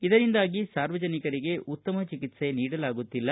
ಇದರಿಂದಾಗಿ ಸಾರ್ವಜನಿಕರಿಗೆ ಉತ್ತಮ ಚಿಕಿತ್ಲೆ ನೀಡಲಾಗುತ್ತಿಲ್ಲ